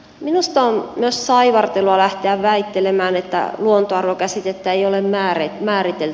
minusta on myös saivartelua lähteä väittelemään että luontoarvokäsitettä ei ole määritelty